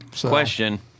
Question